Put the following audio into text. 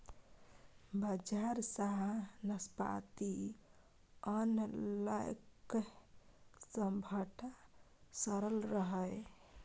बजार सँ नाशपाती आनलकै सभटा सरल रहय